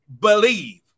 believe